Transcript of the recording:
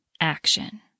action